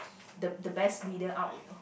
the the best leader out you know